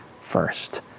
first